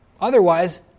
Otherwise